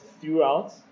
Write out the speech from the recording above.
throughout